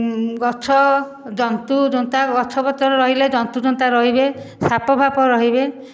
ଗଛ ଜନ୍ତୁଯନ୍ତା ଗଛ ପତ୍ର ରହିଲେ ଜନ୍ତୁଯନ୍ତା ରହିବେ ସାପ ଫାପ ରହିବେ